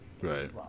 Right